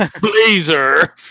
Blazer